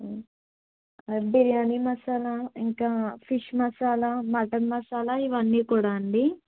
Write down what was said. బిర్యానీ మసాలా ఇంకా fish masala mutton masala ఇవన్నీ కూడా అండి